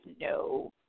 no